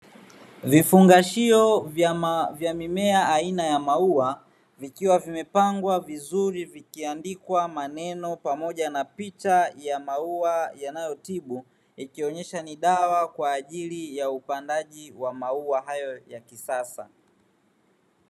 Vifungashio vya mimea aina ya maua vikiwa vimepangwa vizuri vikiandikwa maneno pamoja na picha ya maua yanayotibu, ikionyesha ni dawa kwa ajili ya upandaji wa maua hayo ya kisasa.